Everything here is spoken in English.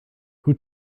who